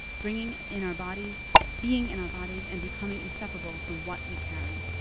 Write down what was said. bringing in our bodies being in our bodies and becoming inseparable from what we carry.